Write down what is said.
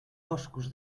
boscos